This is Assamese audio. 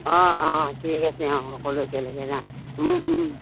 অ অ ঠিক আছে অ সকলো একেলগে যাম ও ও